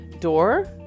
door